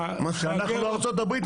שאנחנו לא ארצות הברית?